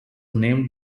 named